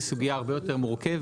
היא סוגיה הרבה יותר מורכבת.